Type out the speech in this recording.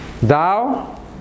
thou